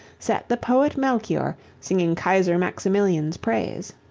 sat the poet melchoir singing kaiser maximilian's praise.